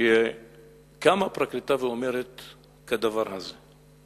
קמה פרקליטה ואומרת כדבר הזה: